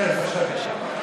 כן, בבקשה.